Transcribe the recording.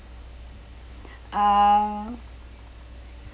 uh